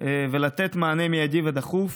ולתת מענה מיידי ודחוף,